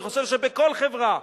אני חושב שבכל חברה,